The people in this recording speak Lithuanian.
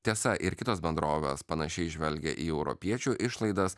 tiesa ir kitos bendrovės panašiai žvelgia į europiečių išlaidas